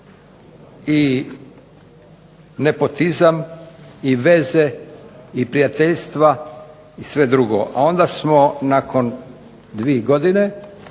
i nepotizam i veze i prijateljstva i sve drugo. A onda smo nakon 2 godine